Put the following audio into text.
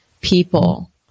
people